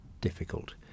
difficult